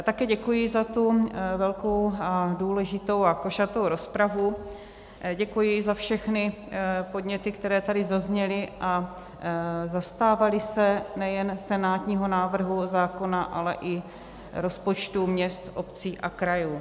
Také děkuji za tu velkou, důležitou a košatou rozpravu, děkuji za všechny podněty, které tady zazněly a zastávaly se nejen senátního návrhu zákona, ale i rozpočtu měst, obcí a krajů.